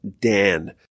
Dan